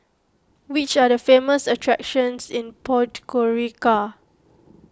which are the famous attractions in Podgorica